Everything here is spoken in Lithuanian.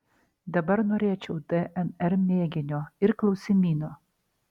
dabar norėčiau dnr mėginio ir klausimyno